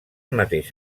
mateix